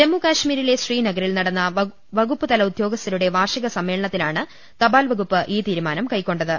ജമ്മു കൾ ്മീരിലെ ശ്രീനഗറിൽ നടന്ന വകുപ്പുതല ഉദ്യോഗസ്ഥരുടെ വാർഷിക സമ്മേളനത്തിലാണ് തപാൽവകുപ്പ് ഈ തീരുമാനം കൈക്കൊണ്ടത്